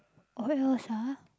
what else ah